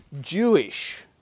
Jewish